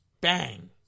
Bang